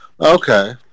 Okay